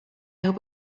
hope